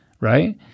right